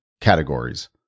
categories